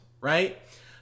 right